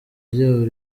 ryabo